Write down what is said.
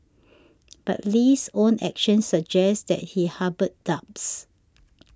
but Lee's own actions suggest that he harboured doubts